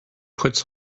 puts